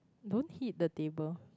don't hit the table